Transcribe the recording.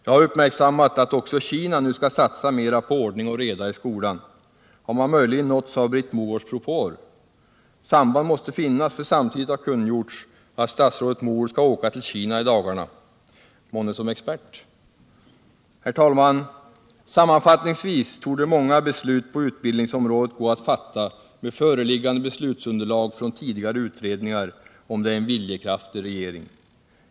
Jag har uppmärksammat att också Kina nu skall satsa mera på ordning och reda i skolan. Har man möjligen nåtts av Britt Mogårds propåer? Samband måste finnas för samtidigt har kungjorts att statsrådet Mogård skall åka till Kina i dagarna. Månne som expert? Herr talman! Sammanfattningsvis torde många beslut på utbildningsområdet gå att fatta med föreliggande beslutsunderlag från tidigare utredningar, om det är en viljekraftig regering.